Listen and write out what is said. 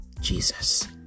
Jesus